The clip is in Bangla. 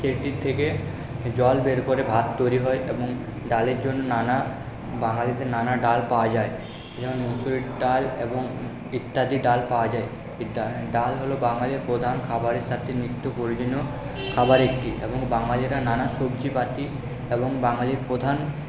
সেটি থেকে জল বের করে ভাত তৈরি হয় এবং ডালের জন্য নানা বাঙালিদের নানা ডাল পাওয়া যায় মুসুরির ডাল এবং ইত্যাদি ডাল পাওয়া যায় ডাল হলো বাঙালির প্রধান খাবারের সাথে নিত্য প্রয়োজনীয় খাবার একটি এবং বাঙালিরা নানা সবজিপাতি এবং বাঙালির প্রধান